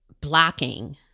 blocking